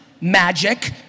magic